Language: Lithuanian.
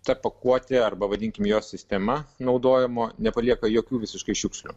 ta pakuotė arba vadinkim jos sistema naudojimo nepalieka jokių visiškai šiukšlių